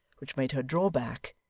which made her draw back,